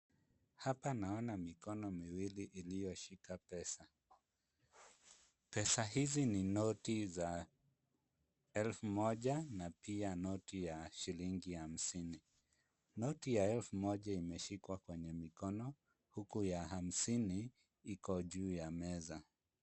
Hapa naona mikono miwili iliyoshika pesa. Pesa hizi ni noti za elfu moja na pia noti ya shilingi hamsini. Noti ya elfu moja imeshikwa kwenye mikono huku ya hamsini iko juu ya meza.